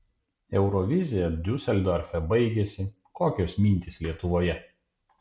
eurovizija diuseldorfe baigėsi kokios mintys lietuvoje